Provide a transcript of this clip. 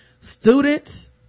Students